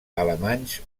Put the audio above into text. alemanys